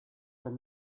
from